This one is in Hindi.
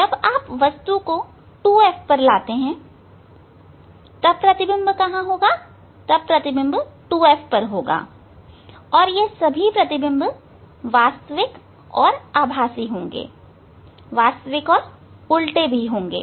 जब आप वस्तु को 2F पर लाते हैं तब प्रतिबिंब 2F पर होगा और सभी प्रतिबिंब वास्तविक और आभासी वास्तविक और उल्टे होंगे